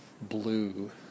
blue